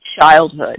childhood